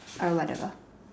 or whatever